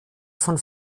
von